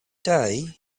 day